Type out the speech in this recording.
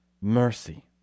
mercy